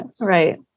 right